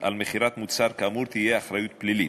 למכירת מוצר כאמור תהיה אחריות פלילית.